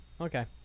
Okay